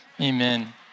amen